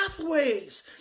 pathways